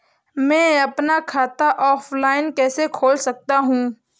मैं अपना खाता ऑफलाइन कैसे खोल सकता हूँ?